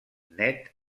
nét